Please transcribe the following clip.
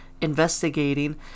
investigating